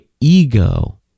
ego